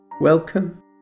welcome